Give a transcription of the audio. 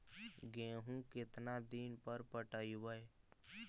गेहूं केतना दिन पर पटइबै?